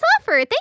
offer